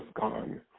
gone